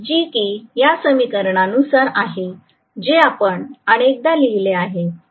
जी की या समीकरणानुसार आहे जे आपण अनेकदा लिहिले आहे